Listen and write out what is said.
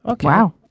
Wow